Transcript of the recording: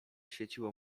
świeciło